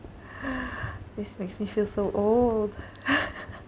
this makes me feel so old